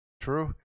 True